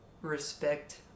respect